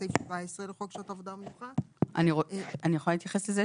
בסעיף 17 לחוק שעות עבודה ומנוחה אני יכולה להתייחס לזה?